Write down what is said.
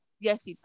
Yes